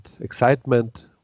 excitement